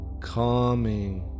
calming